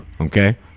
Okay